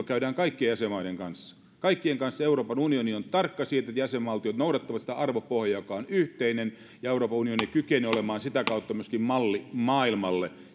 käydään kaikkien jäsenmaiden kanssa kaikkien kanssa euroopan unioni on tarkka siitä että jäsenvaltiot noudattavat sitä arvopohjaa joka on yhteinen ja euroopan unioni kykenee olemaan sitä kautta myöskin malli maailmalle